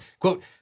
Quote